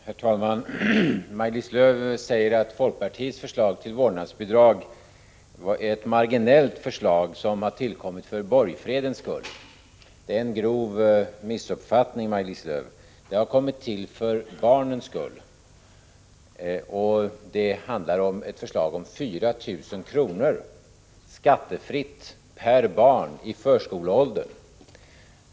Herr talman! Maj-Lis Lööw säger att folkpartiets förslag till vårdnadsbidrag är ett marginellt förslag som har tillkommit för borgfredens skull. Det är en grov missuppfattning, Maj-Lis Lööw. Det har kommit till för barnens skull, och det handlar om ett bidrag på 4 000 kr. skattefritt per barn i förskoleåldern.